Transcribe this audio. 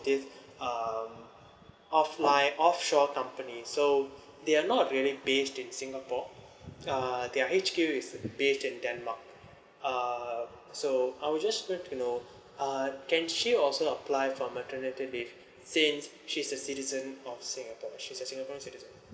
this err offline offshore company so they are not really based in singapore uh their H_Q is based in Denmark uh so I will just want to know uh can she also apply for maternity leave since she's a citizen's of singapore she's a singapore citizen